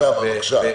אוסאמה, בבקשה.